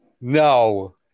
No